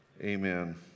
amen